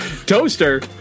Toaster